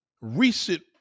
recent